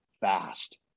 fast